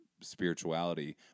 spirituality